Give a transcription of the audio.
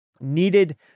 needed